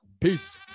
Peace